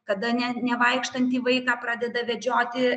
kada ne nevaikštantį vaiką pradeda vedžioti